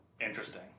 Interesting